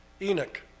Enoch